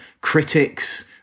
critics